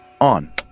On